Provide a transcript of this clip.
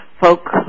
folk